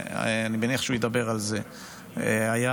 אני מניח שהוא ידבר על זה, היה